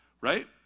right